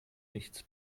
nichts